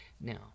Now